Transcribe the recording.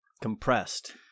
compressed